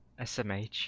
SMH